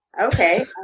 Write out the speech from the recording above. okay